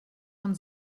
von